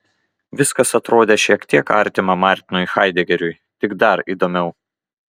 viskas atrodė šiek tiek artima martinui haidegeriui tik dar įdomiau